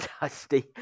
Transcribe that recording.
Dusty